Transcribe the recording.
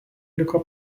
liko